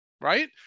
right